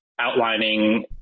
outlining